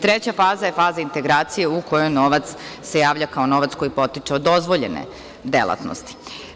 Treća faza je faza integracije u kojoj novac se javlja kao novac koji potiče od dozvoljene aktivnosti.